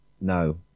no